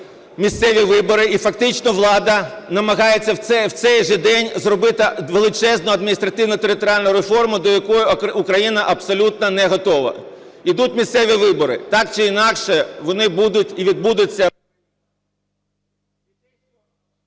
місцеві вибори, і фактично влада намагається в цей же день зробити величезну адміністративно-територіальну реформу, до якої Україна абсолютно не готова. Йдуть місцеві вибори, так чи інакше вони будуть і відбудуться…